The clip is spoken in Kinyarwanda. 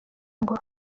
ngo